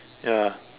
ya